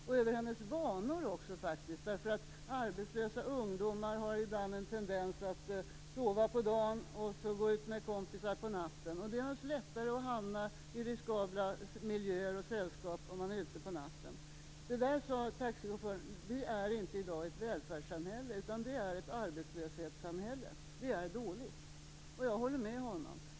Han var också orolig över hennes vanor, därför att arbetslösa ungdomar har ibland en tendens att sova på dagen och sedan gå ut med kompisar på natten. Det är naturligtvis lättare att hamna i riskabla miljöer och sällskap om man är ute på natten. Taxichauffören sade att Sverige är i dag inte ett välfärdssamhälle utan ett arbetslöshetssamhälle. Det är dåligt. Jag håller med honom.